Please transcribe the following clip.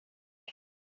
him